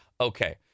Okay